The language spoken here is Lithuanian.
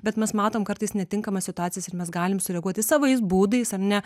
bet mes matom kartais netinkamas situacijas ir mes galim sureaguoti savais būdais ar ne